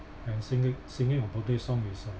and singing singing a song is uh